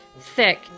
thick